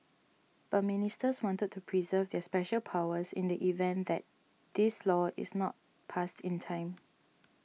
but ministers wanted to preserve their special powers in the event that this law is not passed in time